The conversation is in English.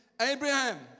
Abraham